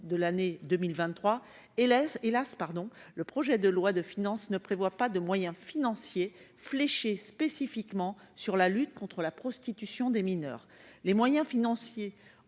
de l'année 2023, hélas, hélas, pardon, le projet de loi de finances ne prévoit pas de moyens financiers fléché spécifiquement sur la lutte contre la prostitution des mineurs, les moyens financiers